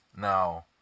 Now